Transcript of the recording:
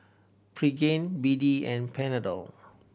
Pregain B D and Panadol